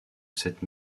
cette